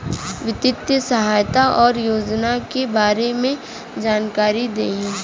वित्तीय सहायता और योजना के बारे में जानकारी देही?